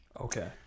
okay